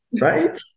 right